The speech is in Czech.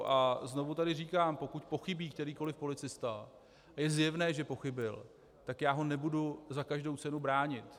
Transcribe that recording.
A znovu tady říkám, že pokud pochybí kterýkoliv policista a je zjevné, že pochybil, tak já ho nebudu za každou cenu bránit.